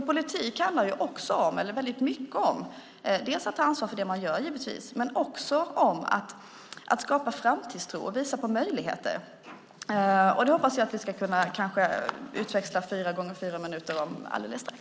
Politik handlar givetvis om att ta ansvar för det man gör men också, och väldigt mycket, om att skapa framtidstro och visa på möjligheter. Det hoppas jag att vi kanske ska kunna utväxla fyra gånger fyra minuter om alldeles strax.